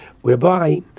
whereby